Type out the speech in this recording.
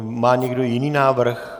Má někdo jiný návrh?